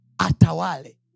Atawale